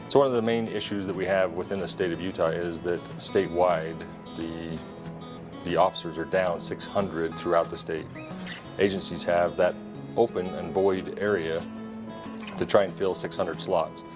sort of the the main issues we have within the state of utah is that state wide the the officers are down six hundred throughout the state agencies have that open and void area to try and fill six hundred slots.